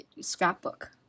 scrapbook